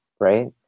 right